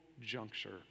juncture